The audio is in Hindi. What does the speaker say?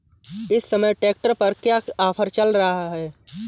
इस समय ट्रैक्टर पर क्या ऑफर चल रहा है?